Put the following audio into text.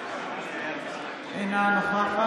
אינה נוכחת